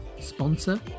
sponsor